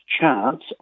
chance